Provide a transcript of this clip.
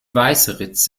weißeritz